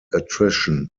attrition